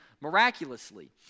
miraculously